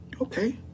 Okay